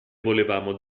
volevamo